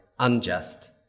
unjust